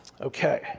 Okay